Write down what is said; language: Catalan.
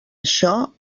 això